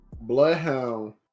Bloodhound